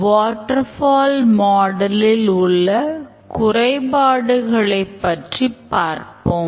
water fall model மிகவும் பிரபலமானதற்கான முக்கியமான காரணங்களைப் பற்றி பார்ப்போம்